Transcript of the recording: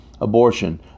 Abortion